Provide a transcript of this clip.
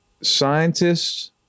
Scientists